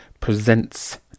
presents